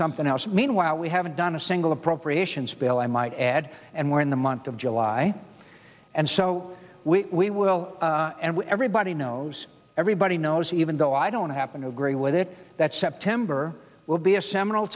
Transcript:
something else meanwhile we haven't done a single appropriations bill i might add and we're in the month of july and so we will and everybody knows everybody knows even though i don't happen to agree with it that september will be a seminal